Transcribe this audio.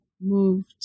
moved